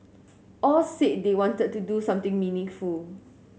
all said they wanted to do something meaningful